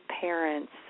parents